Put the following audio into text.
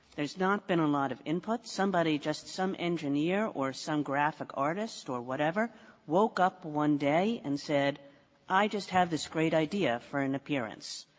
there's not been a lot of input. somebody just some engineer or some graphic artist or whatever woke up one day and said i just have this great idea for an appearance.